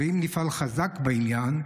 אם נפעל חזק בעניין,